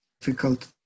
difficult